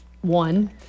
one